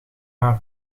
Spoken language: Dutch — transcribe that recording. haar